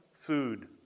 food